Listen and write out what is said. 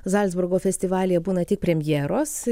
zalcburgo festivalyje būna tik premjeros